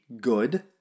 good